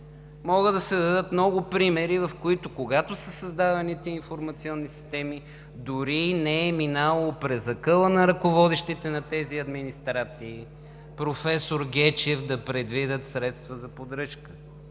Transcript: Могат да се дадат много примери, в които, когато са създавани тези информационни системи, дори не е минавало през акъла на ръководещите на тези администрации, професор Гечев, да предвидят средства за поддръжка.